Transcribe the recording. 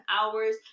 hours